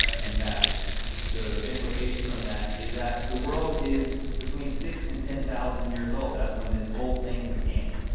ah and that the implication from that is that the world is between six and ten thousand years old. that's when this whole thing began.